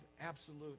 absolute